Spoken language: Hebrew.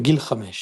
בגיל חמש